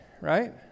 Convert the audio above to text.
right